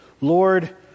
Lord